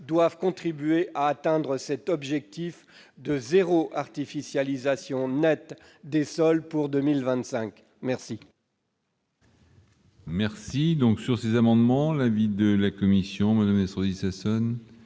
doivent contribuer à atteindre l'objectif de zéro artificialisation nette des sols d'ici à 2025. Quel